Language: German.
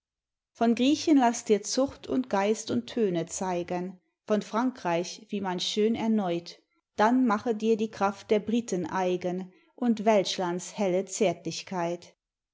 von griechen lass dir zucht und geist und töne zeigen von frankreich wie man schön erneut dann mache dir die kraft der britten eigen und wälschlands helle zärtlichkeit